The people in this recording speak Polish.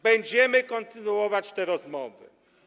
Będziemy kontynuować te rozmowy.